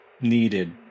needed